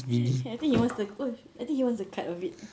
I think he wants the oo I think he wants the cut of it